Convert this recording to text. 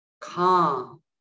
calm